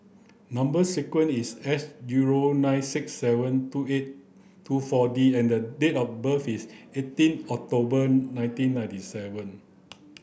number sequence is S zero nine six seven two eight two four D and the date of birth is eighteen October nineteen ninety seven